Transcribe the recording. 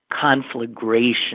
conflagration